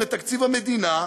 לתקציב המדינה,